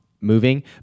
moving